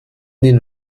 den